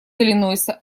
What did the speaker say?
иллинойса